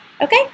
Okay